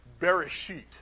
Bereshit